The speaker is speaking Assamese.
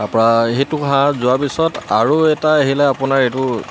তাৰপৰা সেইটো হাঁহ যোৱাৰ পিছত আৰু এটা আহিলে আপোনাৰ এইটো